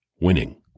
Winning